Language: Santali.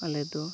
ᱟᱞᱮᱫᱚ